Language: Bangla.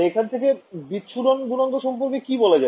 এখান থেকে বিচ্ছুরণ গুনাঙ্ক সম্পর্কে কি বলা যাবে